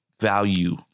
value